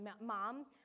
mom